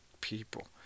people